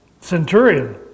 centurion